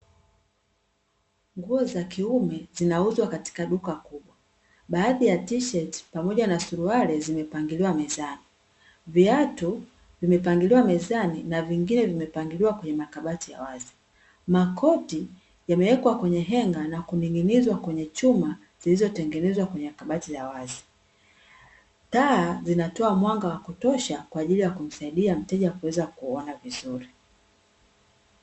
Nguo za kiume zinauzwa katika duka kubwa. Baadhi ya tisheti pamoja na suruali zimepangiliwa mezani. Viatu vimepangiliwa mezani na vingine vimepangiliwa kwenye makabati ya wazi. Makoti yamewekwa kwenye henga na kuning'inizwa kwenye chuma zilizotengenezwa kwenye makabati ya wazi. Taa zinatoa mwanga wa kutosha kwa ajili ya kumsaidia mteja kuweza kuona vizuri.